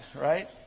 right